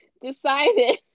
decided